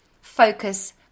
focus